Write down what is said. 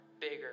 bigger